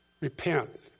Repent